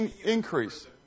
increase